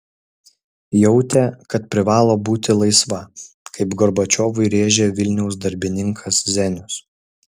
jautė kad privalo būti laisva kaip gorbačiovui rėžė vilniaus darbininkas zenius